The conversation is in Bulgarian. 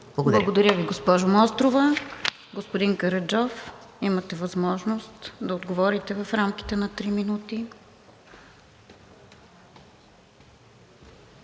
Благодаря Ви, госпожо Гунчева. Господин Министър, имате възможност да отговорите в рамките на пет минути.